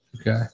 Okay